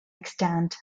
extant